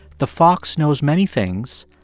the fox knows many things,